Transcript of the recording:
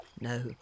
No